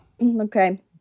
Okay